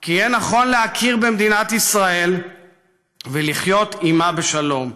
כי יהיה נכון להכיר במדינת ישראל ולחיות עימה בשלום.